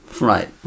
Right